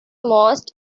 most